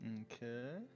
Okay